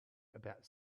about